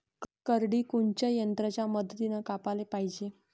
करडी कोनच्या यंत्राच्या मदतीनं कापाले पायजे?